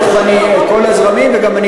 כולל